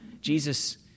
Jesus